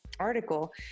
article